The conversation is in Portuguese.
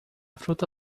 fruta